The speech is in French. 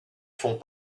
font